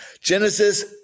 Genesis